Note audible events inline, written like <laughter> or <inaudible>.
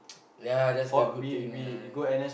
<noise> yeah that's the good thing yeah